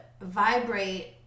vibrate